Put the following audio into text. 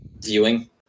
viewing